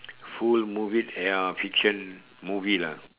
full movie ya uh fiction movie lah